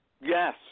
Yes